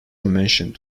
mentioned